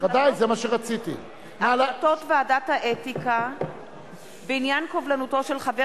החלטת ועדת האתיקה בעניין קובלנתו של חבר